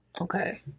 Okay